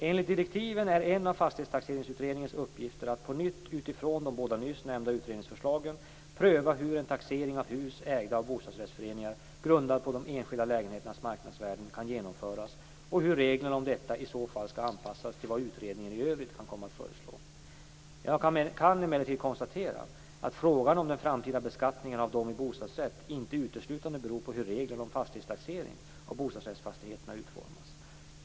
Enligt direktiven är en av Fastighetstaxeringsutredningens uppgifter att på nytt utifrån de båda nyss nämnda utredningsförslagen pröva hur en taxering av hus ägda av bostadsrättsföreningar grundad på de enskilda lägenheternas marknadsvärden kan genomföras och hur reglerna om detta i så fall skall anpassas till vad utredningen i övrigt kan komma att föreslå. Jag kan emellertid konstatera att frågan om den framtida beskattningen av dem i bostadsrätt inte uteslutande beror på hur reglerna om fastighetstaxering av bostadsrättsfastigheterna utformas.